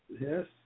yes